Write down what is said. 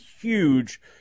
huge